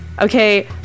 Okay